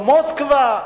במוסקבה,